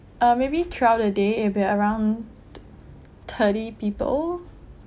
uh maybe throughout the day it'll be around t~ thirty people